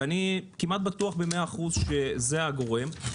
ואני כמעט בטוח במאה אחוז שזה הגורם,